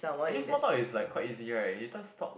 actually small talk is like quite easy right you just talk